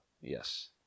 Yes